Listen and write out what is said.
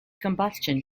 combustion